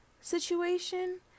situation